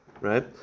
right